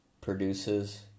produces